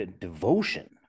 devotion